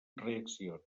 reaccions